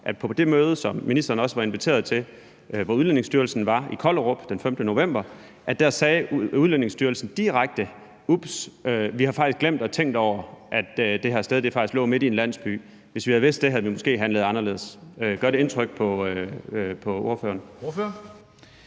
at på det møde, som ministeren også var inviteret til, hvor Udlændingestyrelsen var, i Kollerup den 5. november, sagde Udlændingestyrelsen direkte: Ups, vi havde ikke tænkt over, at det her sted faktisk lå midt i en landsby – hvis vi havde vidst det, havde vi måske handlet anderledes? Gør det indtryk på ordføreren? Kl.